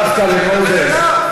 דווקא למוזס?